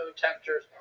temperatures